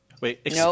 Wait